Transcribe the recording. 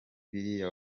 biriya